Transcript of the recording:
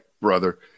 brother